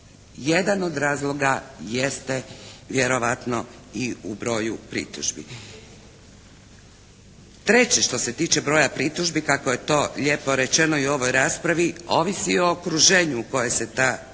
Jedan od razloga jeste vjerojatno i u broju pritužbi. Treće što se tiče broja pritužbi kako je to lijepo rečeno i u ovoj raspravi ovisi i o okruženju u kojem se ta kršenja